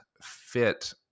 fit